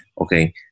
okay